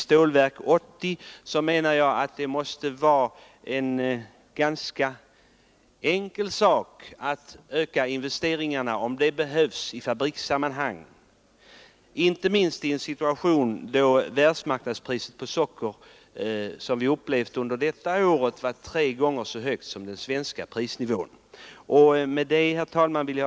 Stålverk 80 menar jag, att det måste vara ganska enkelt att, om så behövs, öka investeringarna i de svenska sockerbruken. Inte minst bör det gälla i en situation där världsmarknadspriset på socker är tre gånger så högt som det svenska priset — den situationen har vi upplevt i år.